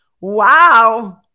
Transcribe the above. Wow